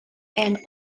and